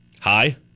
hi